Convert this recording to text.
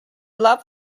loved